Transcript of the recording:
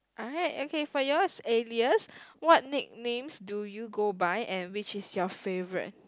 alright okay for yours alias what nicknames do you go by and which is your favourite